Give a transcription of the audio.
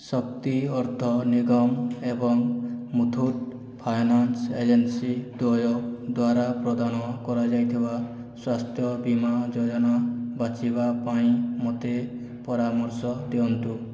ଶକ୍ତି ଅର୍ଥ ନିଗମ ଏବଂ ମୁଥୁଟ୍ ଫାଇନାନ୍ସ୍ ଏଜେନ୍ସି ଦ୍ୱୟ ଦ୍ଵାରା ପ୍ରଦାନ କରାଯାଇଥିବା ସ୍ୱାସ୍ଥ୍ୟ ବୀମା ଯୋଜନା ବାଛିବା ପାଇଁ ମୋତେ ପରାମର୍ଶ ଦିଅନ୍ତୁ